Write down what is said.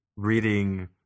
reading